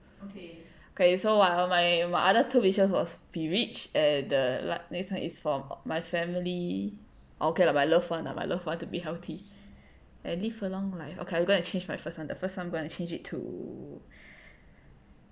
K so my my other two wishes was be rich and err la~ next one is for my family okay lah my love one my love one to be healthy and live a long life okay I'm going to change my first the first one I'm going change it to